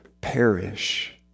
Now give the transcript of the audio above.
perish